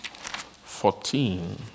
Fourteen